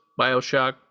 Bioshock